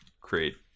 create